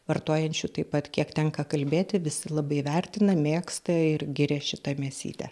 vartojančių taip pat kiek tenka kalbėti visi labai vertina mėgsta ir giria šitą mėsytę